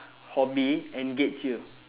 hobby engage you